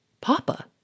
Papa